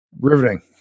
Riveting